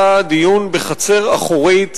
היה דיון בחצר אחורית